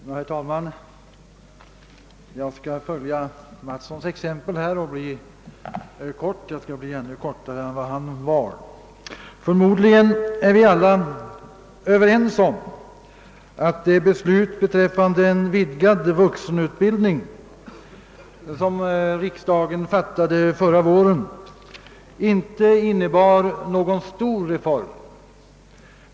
Herr talman! Jag skall följa herr Mattssons exempel och tala kort, ja ännu kortare än han. Förmodligen är vi alla överens om att det beslut beträffande vidgad vuxenutbildning, som riksdagen fattade förra året, inte innebar någon stor reform.